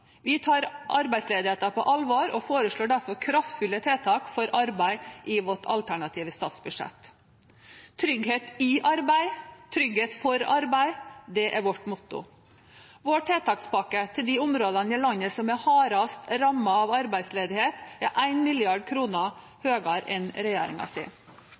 Vi tar arbeidsledigheten på alvor og foreslår derfor kraftfulle tiltak for arbeid i vårt alternative statsbudsjett. Trygghet i arbeid, trygghet for arbeid, det er vårt motto. Vår tiltakspakke til de områdene i landet som er hardest rammet av arbeidsledighet, er 1 mrd. kr høyere enn